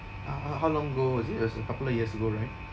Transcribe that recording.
uh uh how long ago was it it was a couple of years ago right